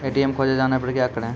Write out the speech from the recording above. ATM खोजे जाने पर क्या करें?